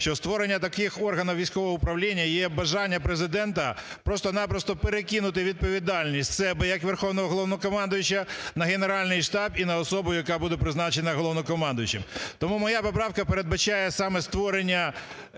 що створення таких органів військового управління є бажання Президента просто-на-просто перекинути відповідальність з себе як Верховного Головнокомандуючого на Генеральний штаб і на особу, яка буде призначена як головнокомандуючий. Тому моя поправка передбачає саме створення